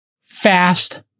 fast